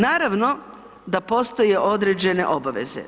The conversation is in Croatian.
Naravno da postoje određene obaveze.